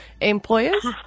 employers